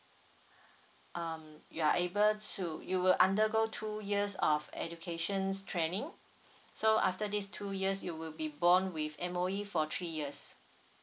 um you are able to you will undergo two years of educations training so after this two years you will be bond with M_O_E for three years